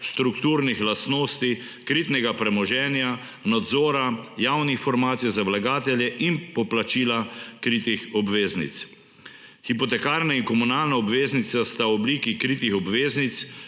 strukturnih lastnosti kritnega premoženja, nadzora javnih informacij za vlagatelje in poplačila kritih obveznic. Hipotekarna in komunalna obveznica sta obliki kritih obveznic,